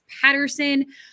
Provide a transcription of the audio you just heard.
Patterson